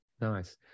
nice